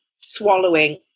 swallowing